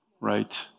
right